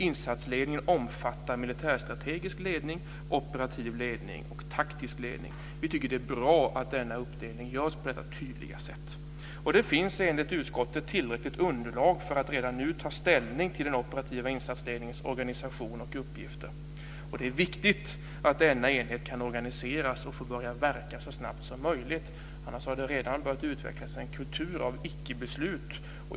Insatsledningen omfattar militärstrategisk ledning, operativ ledning och taktisk ledning. Vi tycker att det är bra att den uppdelningen görs på detta tydliga sätt. Det finns, enligt utskottet, tillräckligt underlag för att redan nu ta ställning till den operativa insatsledningens organisation och uppgifter. Det är viktigt att denna enhet kan organiseras och får börja verka så snabbt som möjligt. Annars har det redan börjat utvecklas en kultur av icke-beslut.